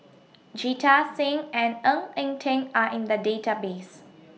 Jita Singh and Ng Eng Teng Are in The Database